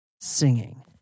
singing